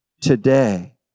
today